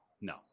no